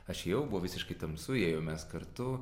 aš ėjau buvo visiškai tamsu ėjom mes kartu